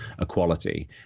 equality